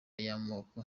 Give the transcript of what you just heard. y’amoko